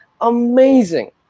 amazing